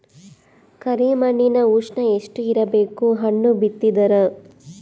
ಕರಿ ಮಣ್ಣಿನ ಉಷ್ಣ ಎಷ್ಟ ಇರಬೇಕು ಹಣ್ಣು ಬಿತ್ತಿದರ?